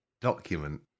document